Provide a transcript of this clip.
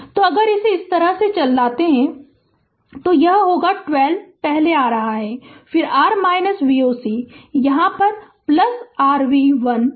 तो अगर इस तरह से चलते हैं तो यह होगा 12 पहले आ रहा है फिर r V o c यहाँ यह r v 1 v 1 0 है